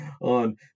on